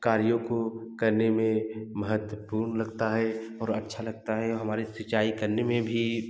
कार्यों को करने में महत्वपूर्ण लगता है और अच्छा लगता है हमारे सिंचाई करने में भी